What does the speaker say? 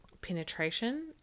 penetration